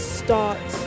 start